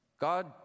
God